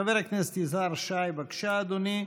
חבר הכנסת יזהר שי, בבקשה, אדוני.